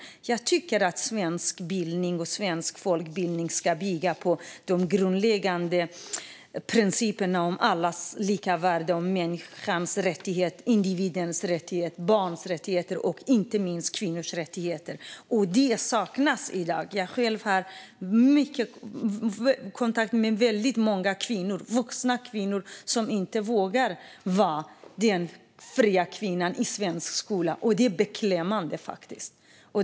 Jag tycker att svensk bildning och svensk folkbildning ska bygga på de grundläggande principerna om allas lika värde och människans rättigheter, individens rättigheter, barns rättigheter och inte minst kvinnors rättigheter. Det saknas i dag. Jag har själv mycket kontakt med många vuxna kvinnor som inte vågar vara fria kvinnor i svenska skolor. Det är beklämmande.